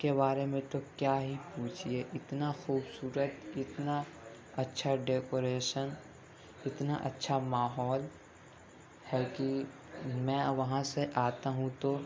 کے بارے میں تو کیا ہی پوچھیے اتنا خوبصورت اتنا اچھا ڈیکوریشن اتنا اچھا ماحول ہے کہ میں وہاں سے آتا ہوں تو